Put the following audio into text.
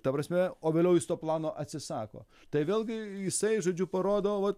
ta prasme o vėliau jis to plano atsisako tai vėlgi jisai žodžiu parodo vot